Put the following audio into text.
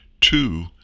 two